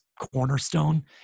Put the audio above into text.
cornerstone